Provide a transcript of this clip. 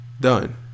Done